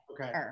Okay